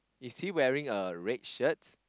is he wearing a red shirt